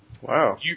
Wow